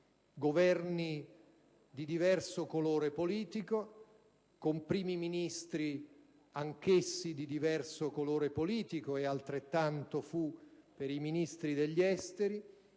Governi di diverso colore politico, con Primi Ministri anch'essi di diverso colore politico - e altrettanto per i Ministri degli affari